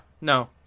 No